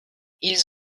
ils